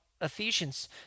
Ephesians